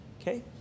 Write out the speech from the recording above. Okay